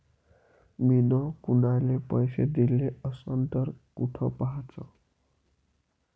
मिन कुनाले पैसे दिले असन तर कुठ पाहाचं?